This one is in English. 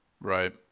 Right